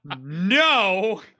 no